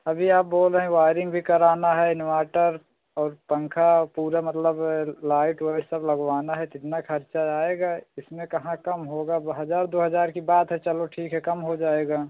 अभी आप बोल रहे हैं वायरिंग भी कराना है इन्वर्टर और पंखा पूरा मतलब लाइट वाइट सब लगवाना है तो इतना ख़र्चा आएगा इसमें कहाँ कम होगा हज़ार दो हज़ार की बात है चलो ठीक है कम हो जाएगा